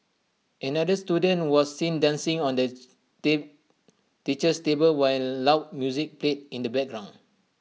another student was seen dancing on the teacher's table while loud music played in the background